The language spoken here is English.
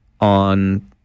on